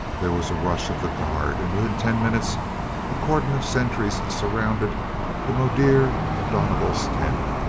there was a rush of the guard and within ten minutes a cordon of sentries surrounded the mudir of dongola's tent.